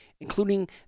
including